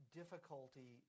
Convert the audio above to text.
difficulty